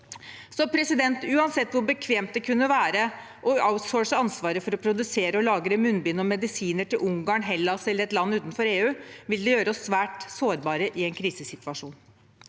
norske folk. Uansett hvor bekvemt det kunne være å outsource ansvaret for å produsere og lagre munnbind og medisiner til Ungarn, Hellas eller et land utenfor EU, ville det gjøre oss svært sårbare i en krisesituasjon.